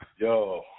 Yo